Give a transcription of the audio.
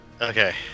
Okay